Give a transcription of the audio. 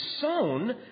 sown